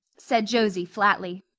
said josie flatly.